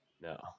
No